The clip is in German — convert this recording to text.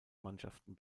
mannschaften